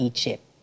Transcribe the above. Egypt